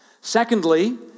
Secondly